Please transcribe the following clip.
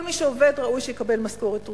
כל מי שעובד ראוי שיקבל משכורת ראויה,